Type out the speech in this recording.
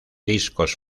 discos